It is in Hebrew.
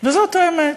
וזאת האמת.